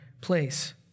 place